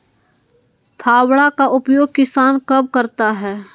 फावड़ा का उपयोग किसान कब करता है?